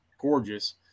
gorgeous